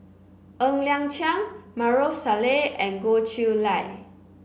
Ng Liang Chiang Maarof Salleh and Goh Chiew Lye